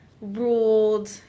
ruled